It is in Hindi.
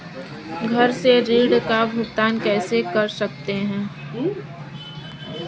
घर से ऋण का भुगतान कैसे कर सकते हैं?